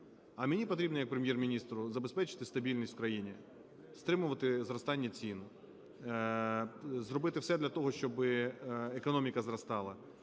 А мені потрібно як Прем’єр-міністру забезпечити стабільність у країні, стримувати зростання цін, зробити все для того, щоби економіка зростала,